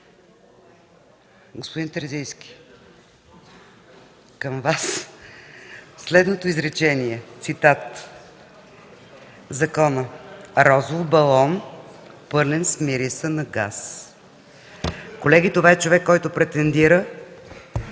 Господин Терзийски, към Вас следното изречение, цитат: „Законът – розов балон, пълен с вмирисана газ”. Колеги, това е човек, който претендира